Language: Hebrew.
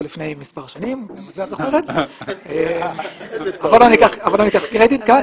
לפני מספר שנים אבל לא ניקח כאן קרדיט.